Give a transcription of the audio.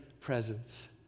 presence